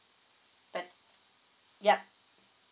pa~ yup